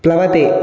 प्लवते